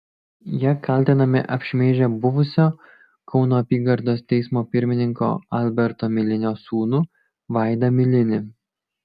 jie kaltinami apšmeižę buvusio kauno apygardos teismo pirmininko alberto milinio sūnų vaidą milinį